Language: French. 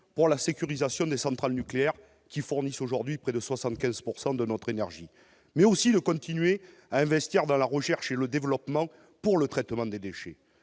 pour la sécurisation des centrales nucléaires, qui fournissement aujourd'hui près de 75 % de notre énergie, mais aussi dans la recherche et le développement pour le traitement des déchets.